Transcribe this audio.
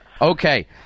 Okay